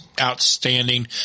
outstanding